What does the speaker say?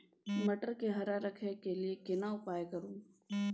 मटर के हरा रखय के लिए केना उपाय करू?